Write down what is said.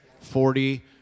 Forty